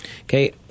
Okay